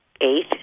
eight